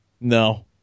No